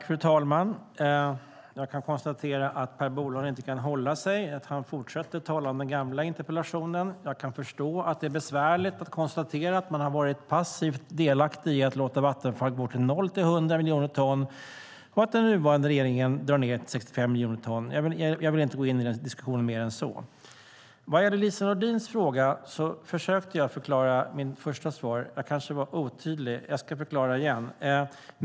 Fru talman! Jag kan konstatera att Per Bolund inte kan hålla sig utan att han fortsätter att tala om den gamla interpellationen. Jag kan förstå att det är besvärligt att behöva konstatera att man har varit passivt delaktig i att låta Vattenfall gå från noll till 100 miljoner ton och att den nuvarande regeringen drar ned till 65 miljoner ton. Jag vill inte gå in i diskussionen mer än så. Vad gäller Lise Nordins fråga försökte jag ge en förklaring i mitt första svar. Jag kanske var otydlig, så jag ska förklara igen.